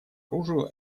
оружию